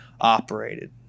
operated